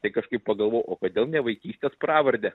tai kažkaip pagalvojau o kodėl ne vaikystės pravardę